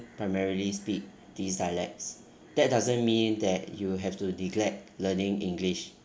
primarily speak these dialects that doesn't mean that you have to neglect learning english